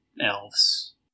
elves